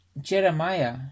Jeremiah